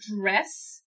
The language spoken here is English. dress